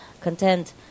content